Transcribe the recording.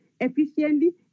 efficiently